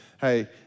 hey